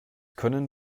können